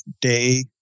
day